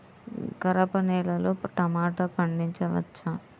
గరపనేలలో టమాటా పండించవచ్చా?